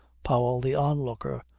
powell, the onlooker,